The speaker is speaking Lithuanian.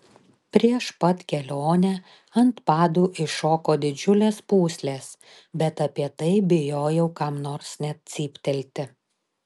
prieš pat kelionę ant padų iššoko didžiulės pūslės bet apie tai bijojau kam nors net cyptelti